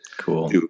Cool